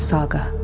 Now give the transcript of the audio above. Saga